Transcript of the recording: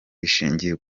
rishingiye